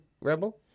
rebel